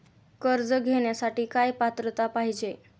कर्ज घेण्यासाठी काय पात्रता पाहिजे?